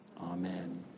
Amen